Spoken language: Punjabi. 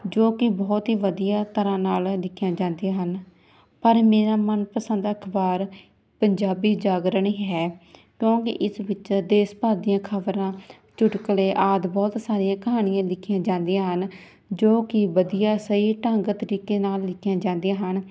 ਜੋ ਕਿ ਬਹੁਤ ਹੀ ਵਧੀਆ ਤਰ੍ਹਾਂ ਨਾਲ ਲਿਖੀਆਂ ਜਾਂਦੀਆਂ ਹਨ ਪਰ ਮੇਰਾ ਮਨਪਸੰਦ ਅਖ਼ਬਾਰ ਪੰਜਾਬੀ ਜਾਗਰਣ ਹੀ ਹੈ ਕਿਉਂਕਿ ਇਸ ਵਿੱਚ ਦੇਸ਼ ਭਰ ਦੀਆਂ ਖ਼ਬਰਾਂ ਚੁਟਕਲੇ ਆਦਿ ਬਹੁਤ ਸਾਰੀਆਂ ਕਹਾਣੀਆਂ ਲਿਖੀਆਂ ਜਾਂਦੀਆਂ ਹਨ ਜੋ ਕਿ ਵਧੀਆ ਸਹੀ ਢੰਗ ਤਰੀਕੇ ਨਾਲ ਲਿਖੀਆਂ ਜਾਂਦੀਆਂ ਹਨ